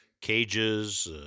cages